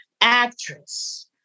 actress